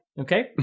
Okay